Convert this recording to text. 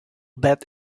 bet